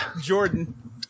Jordan